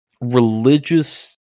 religious